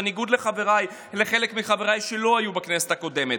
בניגוד לחלק מחבריי שלא היו בכנסת הקודמת,